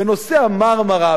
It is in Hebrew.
בנושא ה"מרמרה",